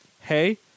hey